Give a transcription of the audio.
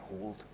hold